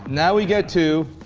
now we get to